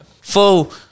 full